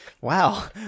wow